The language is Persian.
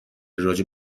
راجع